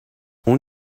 اون